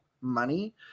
money